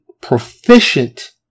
proficient